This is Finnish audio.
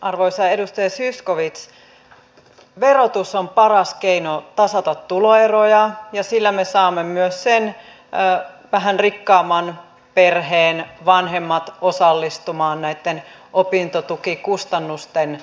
arvoisa edustaja zyskowicz verotus on paras keino tasata tuloeroja ja sillä me saamme myös sen vähän rikkaamman perheen vanhemmat osallistumaan näitten opintotukikustannusten maksamiseen